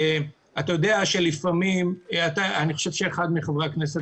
אני חושב שאחד מחברי הכנסת